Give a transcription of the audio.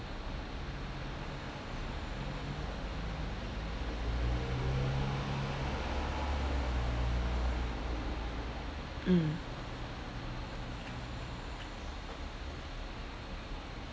mm